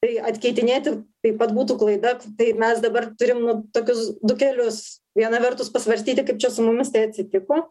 tai atkeitinėti taip pat būtų klaida tai mes dabar turim nu tokius du kelius viena vertus pasvarstyti kaip čia su mumis tai atsitiko